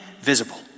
visible